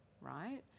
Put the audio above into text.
right